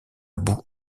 bout